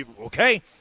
Okay